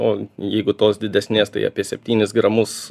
o jeigu tos didesnės tai apie septynis gramus